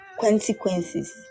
consequences